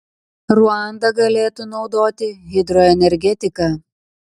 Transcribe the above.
ruanda galėtų naudoti hidroenergetiką